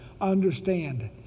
understand